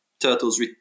turtles